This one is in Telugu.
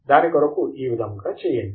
దాని కొరకు ఈ విదముగా చేయండి